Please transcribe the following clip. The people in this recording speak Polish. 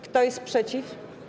Kto jest przeciw?